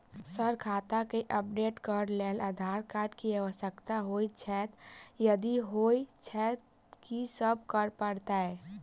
Sir खाता केँ update करऽ लेल आधार कार्ड केँ आवश्यकता होइ छैय यदि होइ छैथ की सब करैपरतैय?